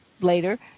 later